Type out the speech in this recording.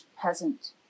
peasant